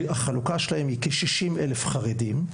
החלוקה היא: כ-60 אלף חרדים,